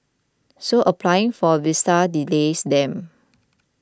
so applying for a visa delays them